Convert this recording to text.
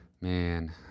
man